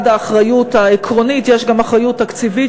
האחריות העקרונית יש גם אחריות תקציבית,